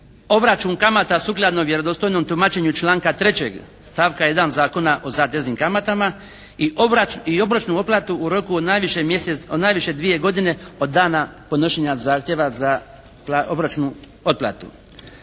Obračun kamata sukladno vjerodostojnom tumačenju članka 3. stavka 1. Zakona o zateznim kamatama i obročnu otplatu u roku od najviše dvije godine od dana podnošenja zahtjeva za obročnu otplatu.